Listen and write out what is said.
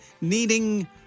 needing